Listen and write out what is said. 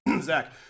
Zach